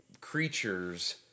creatures